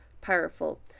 powerful